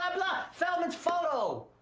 ah blah, feldman's photo.